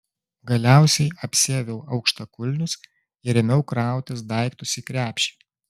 galiausiai apsiaviau aukštakulnius ir ėmiau krautis daiktus į krepšį